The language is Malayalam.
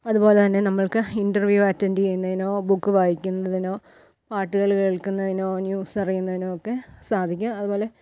അതുപോലെ തന്നെ നമുക്ക് ഇൻ്റർവ്യൂ അറ്റൻഡ് ചെയ്യുന്നതിനോ ബുക്ക് വായിക്കുന്നതിനോ പാട്ടുകൾ കേൾക്കുന്നതിനോ ന്യൂസ് അറിയുന്നതിനോ ഒക്കെ സാധിക്കും അതുപോലെ